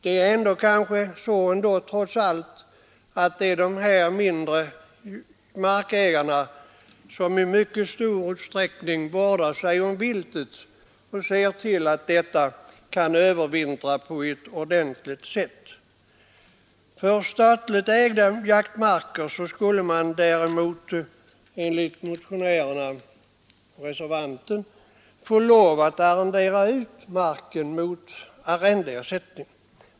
Det är kanske trots allt ändå de mindre markägarna som i mycket stor utsträckning vårdar sig om viltet och ser till att detta kan övervintra. För statligt ägda jaktmarker skulle däremot enligt motionärerna och reservanten marken arrenderas ut mot arrendeersättning.